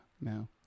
No